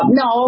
no